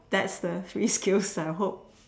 that's the three skills I hope